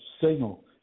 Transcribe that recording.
signal